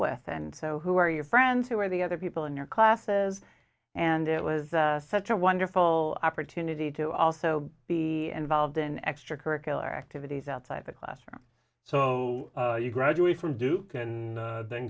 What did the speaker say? with and so who are your friends who are the other people in your classes and it was such a wonderful opportunity to also be involved in extracurricular activities outside the classroom so you graduate from duke and then